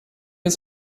ist